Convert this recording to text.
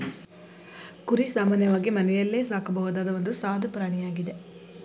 ಕುರಿ ಸಾಮಾನ್ಯವಾಗಿ ಮನೆಯಲ್ಲೇ ಸಾಕಬಹುದಾದ ಒಂದು ಸಾದು ಪ್ರಾಣಿಯಾಗಿದೆ